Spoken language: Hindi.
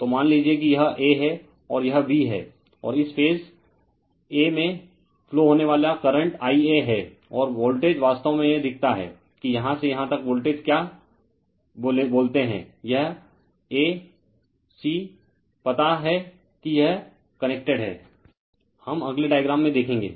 तो मान लीजिए कि यह a है और यह b है और इस फेज a में फ्लो होने वाला करंट Ia है और वोल्टेज वास्तव में यह दिखता है कि यहां से यहां तक वोल्टेज क्या बोलते है यह a c पता है कि यह कनेक्टेड है हम अगले डायग्राम में देखेंगे